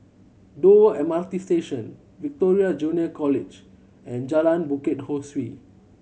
Dover M R T Station Victoria Junior College and Jalan Bukit Ho Swee